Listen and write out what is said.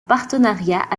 partenariat